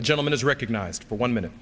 the gentleman is recognized for one minute